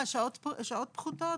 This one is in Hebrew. השעות פחותות?